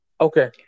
Okay